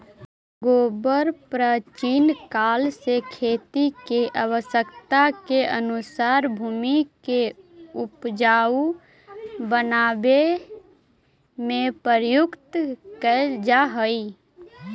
गोबर प्राचीन काल से खेती के आवश्यकता के अनुसार भूमि के ऊपजाऊ बनावे में प्रयुक्त कैल जा हई